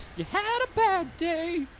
you had a bad day.